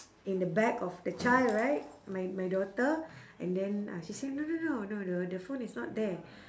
in the bag of the child right my my daughter and then uh she say no no no no the the phone is not there